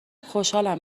خوشحالم